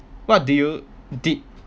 what do you did